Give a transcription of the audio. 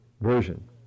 version